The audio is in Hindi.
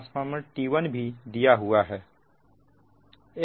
ट्रांसफार्मर T1 भी दिया हुआ है